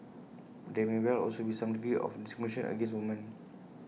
but there may well also be some degree of discrimination against women